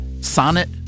Sonnet